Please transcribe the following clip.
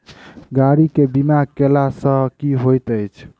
गाड़ी केँ बीमा कैला सँ की होइत अछि?